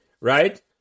Right